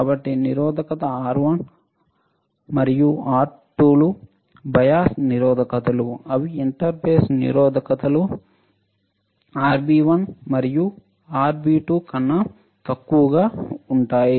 కాబట్టి నిరోధకత R1 మరియు R2 లు బయాస్ నిరోధకతలు అవి ఇంటర్ బేస్ నిరోధకతలు RB 1 మరియు RB 2 కన్నా తక్కువగా ఉంటాయి